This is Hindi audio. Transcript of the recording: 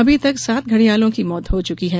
अभी तक सात घड़ियालों की मौत हो चुकी है